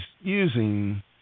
using